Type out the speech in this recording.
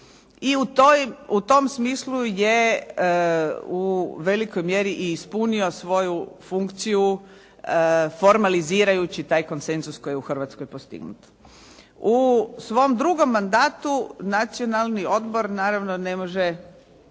i u tom smislu je u velikoj mjeri i ispunio svoju funkciju formalizirajući taj konsenzus koji je u Hrvatskoj postignut. U svom drugom mandatu Nacionalni odbor naravno ne može